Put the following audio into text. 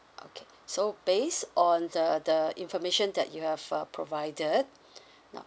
okay so based on the the information that you have uh provided